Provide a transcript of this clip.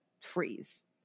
Freeze